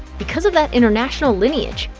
because of that international lineage,